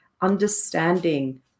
understanding